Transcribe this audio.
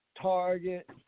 Target